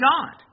God